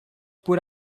por